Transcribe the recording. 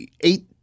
eight